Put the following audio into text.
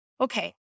okay